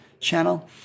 channel